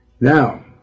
Now